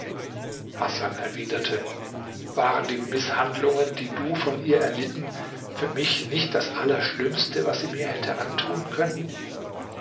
hasan erwiderte waren die mißhandlungen die du von ihr erlitten für mich nicht das allerschlimmste was sie mir hätte antun können